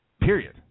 period